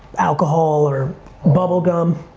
alcohol or bubblegum?